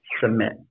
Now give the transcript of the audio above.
submit